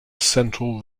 central